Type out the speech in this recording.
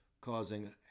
causing